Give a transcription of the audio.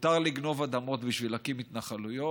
מותר לגנוב אדמות בשביל להקים התנחלויות.